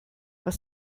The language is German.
was